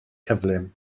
cyflym